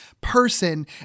person